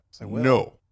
No